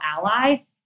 ally